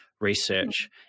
research